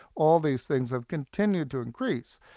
all these things have continued to increase,